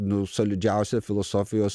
nu solidžiausia filosofijos